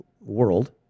world